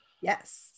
yes